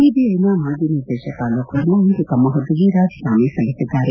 ಸಿಬಿಐನ ಮಾಜಿ ನಿರ್ದೇಶಕ ಅಲೋಕ್ ವರ್ಮಾ ಇಂದು ತಮ್ಮ ಹುದ್ದೆಗೆ ರಾಜೀನಾಮೆ ಸಲ್ಲಿಸಿದ್ದಾರೆ